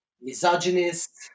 misogynist